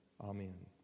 Amen